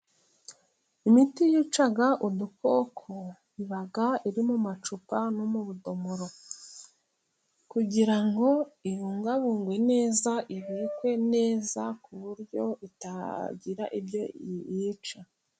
Imiti yica udukoko, iba iri mu macupa no mu budomoro kugira ibungabungwe neza, ibikwe neza ku buryo itagira ibyo yica.